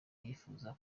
yifuza